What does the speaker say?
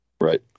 right